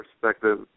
perspective